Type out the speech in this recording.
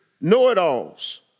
know-it-alls